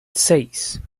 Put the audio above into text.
seis